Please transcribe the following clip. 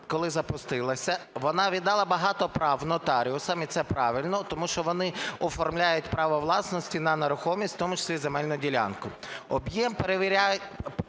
коли запустилася, вона віддала багато прав нотаріусам. І це правильно, тому що вони оформляють право власності на нерухомість, у тому числі і земельну ділянку. Об'єм....